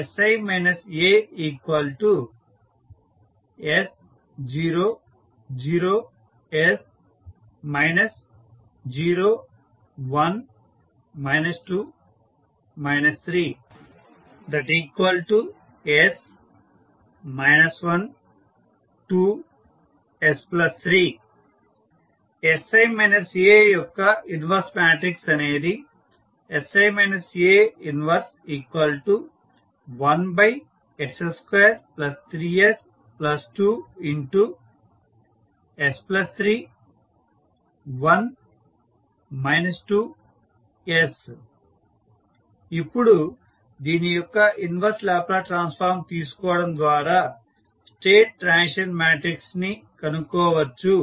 sI As 0 0 s 0 1 2 3 s 1 2 s3 యొక్క inverse matrix అనేది sI A 11s23s2s3 1 2 s ఇప్పుడు దీని యొక్క ఇన్వర్స్ లాప్లాస్ ట్రాన్స్ఫార్మ్ తీసుకోవడం ద్వారా స్టేట్ ట్రాన్సిషన్ మాట్రిక్స్ ని కనుక్కోవచ్చు